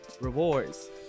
Rewards